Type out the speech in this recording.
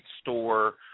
store